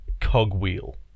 Cogwheel